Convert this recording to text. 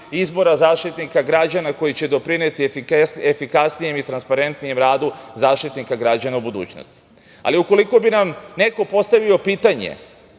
izbora Zaštitnika građana koji će doprineti efikasnijem i transparentnijem radu Zaštitnika građana u budućnosti. Ali ukoliko bi nam neko postavio pitanje